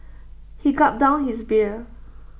he gulped down his beer